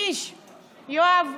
קיש, יואב,